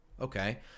Okay